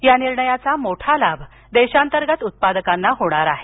या निर्णयाचा मोठा लाभ देशांतर्गत उत्पादकांना होणार आहे